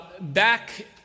back